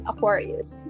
Aquarius